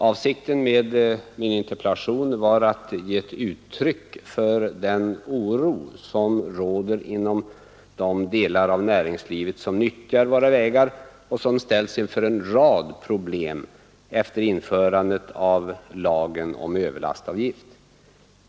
Avsikten med min interpellation var att ge uttryck för den oro som råder inom de delar av näringslivet som nyttjar våra vägar och som ställts inför en rad problem efter införandet av den nya lagen om överlastavgift.